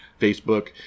Facebook